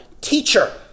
Teacher